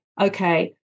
okay